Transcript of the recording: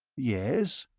yes?